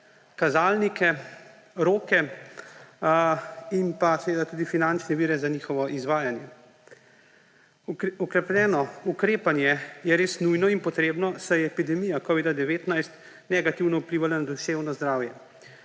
kazalnike, roke in pa seveda tudi finančne vire za njihovo izvajanje. Okrepljeno ukrepanje je res nujno in potrebno, saj je epidemija covida-19 negativno vplivala na duševno zdravje.